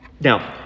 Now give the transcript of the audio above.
Now